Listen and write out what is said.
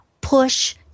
push